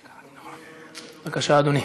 כפיים) בבקשה, אדוני.